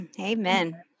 Amen